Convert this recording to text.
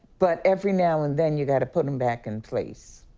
but every now and then, you've got to put them back in place.